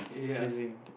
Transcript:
chasing